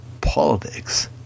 Politics